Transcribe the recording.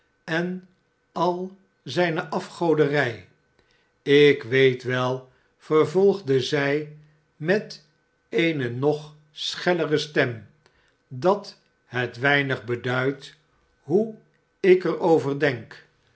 en al zijne afgoderij ik weet wel vervolgde zij met eene nog schellere stem dat het weinig beduidt hoe ik er over denk